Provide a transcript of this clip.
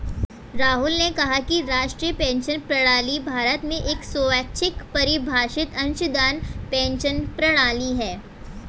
राहुल ने कहा कि राष्ट्रीय पेंशन प्रणाली भारत में एक स्वैच्छिक परिभाषित अंशदान पेंशन प्रणाली है